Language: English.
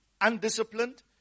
Undisciplined